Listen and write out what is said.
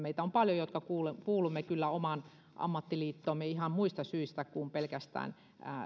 on paljon meitä jotka kuulumme kyllä omaan ammattiliittoomme ihan muista syistä kuin pelkästään